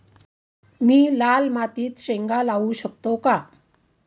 मी लाल मातीत शेंगा लावू शकतो का?